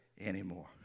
anymore